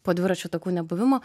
po dviračių takų nebuvimo